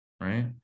right